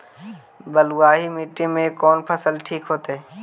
बलुआही मिट्टी में कौन फसल ठिक होतइ?